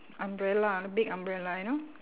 umbrella big umbrella you know